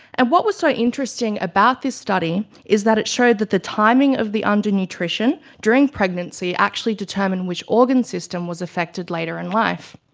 and what was so interesting about this study, is that it showed that the timing of the under-nutrition during pregnancy determined which organ system was affected later in life.